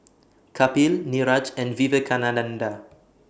Kapil Niraj and Vivekananda